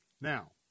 Now